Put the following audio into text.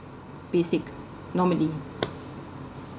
basic normally